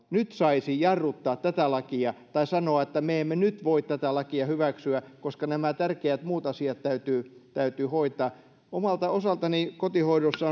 nyt saisi jarruttaa tätä lakia tai sanoa että me emme nyt voi tätä lakia hyväksyä koska nämä tärkeät muut asiat täytyy täytyy hoitaa omalta osaltani kotihoidossa